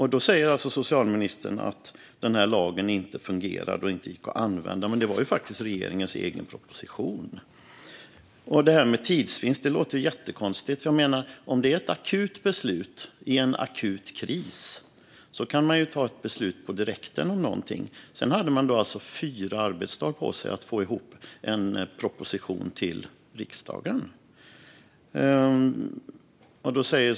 Nu säger socialministern att den här lagen inte fungerade och inte gick att använda. Men det var faktiskt regeringens egen proposition. Det här med tidsvinst låter också jättekonstigt. Om det är ett akut beslut i en akut kris kan man ju ta det beslutet på direkten. Sedan hade man alltså fyra arbetsdagar på sig att få ihop en proposition till riksdagen.